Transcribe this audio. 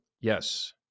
Yes